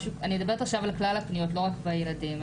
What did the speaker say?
אני מדבר על כלל הפניות לא רק בילדים,